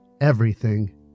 Everything